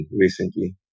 recently